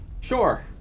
Sure